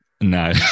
No